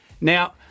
Now